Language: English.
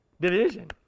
Division